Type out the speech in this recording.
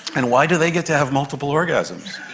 and why do they get to have multiple orgasms?